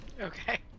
Okay